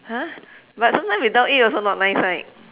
!huh! but sometimes without it also not nice right